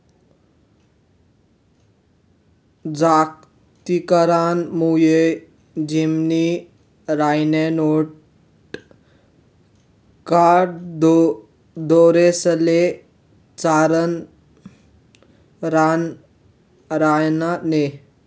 जागतिकीकरण मुये जमिनी रायन्या नैत का ढोरेस्ले चरानं रान रायनं नै